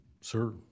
sir